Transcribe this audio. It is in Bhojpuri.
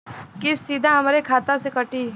किस्त सीधा हमरे खाता से कटी?